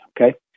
okay